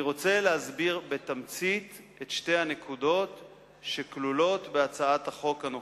אני רוצה להסביר בתמצית את שתי הנקודות שכלולות בהצעת החוק הנוכחית.